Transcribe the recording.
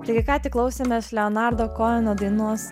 taigi ką tik klausėmės leonardo koeno dainos